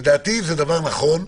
לדעתי זה דבר נכון.